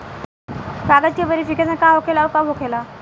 कागज के वेरिफिकेशन का हो खेला आउर कब होखेला?